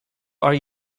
are